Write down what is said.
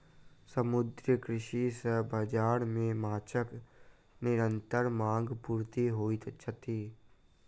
समुद्रीय कृषि सॅ बाजार मे माँछक निरंतर मांग पूर्ति होइत अछि